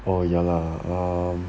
哦 ya lah um